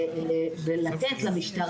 כי עובדה שהוא צריך לדווח לוועדת